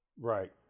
right